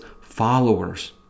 followers